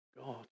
God